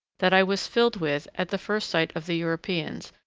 that i was filled with at the first sight of the europeans,